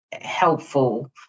helpful